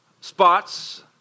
Spots